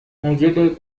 موجب